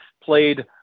played